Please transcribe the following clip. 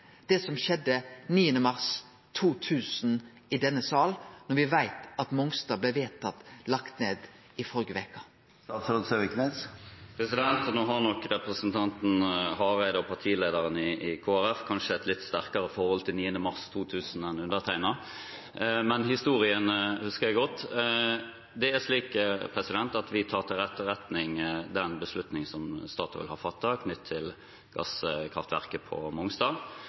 det som skjedde 9. mars 2000 i denne salen, når me veit at Mongstad blei vedtatt lagt ned i førre veke? Nå har nok representanten Hareide og partilederen i Kristelig Folkeparti kanskje et litt sterkere forhold til 9. mars 2000 enn undertegnede. Men historien husker jeg godt. Vi tar til etterretning den beslutningen som Statoil har fattet knyttet til gasskraftverket på Mongstad.